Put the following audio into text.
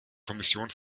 kommission